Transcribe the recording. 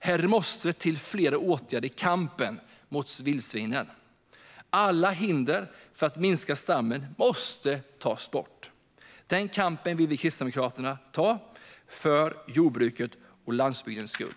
Det måste till flera åtgärder i kampen mot vildsvinen. Alla hinder för att minska stammen måste tas bort. Den kampen vill Kristdemokraterna ta för jordbrukets och landsbygdens skull.